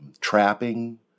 trapping